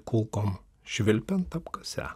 kulkom švilpiant apkase